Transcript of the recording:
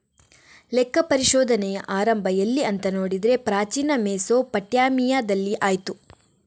ಲೆಕ್ಕ ಪರಿಶೋಧನೆಯ ಆರಂಭ ಎಲ್ಲಿ ಅಂತ ನೋಡಿದ್ರೆ ಪ್ರಾಚೀನ ಮೆಸೊಪಟ್ಯಾಮಿಯಾದಲ್ಲಿ ಆಯ್ತು